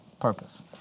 purpose